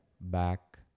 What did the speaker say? back